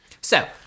So-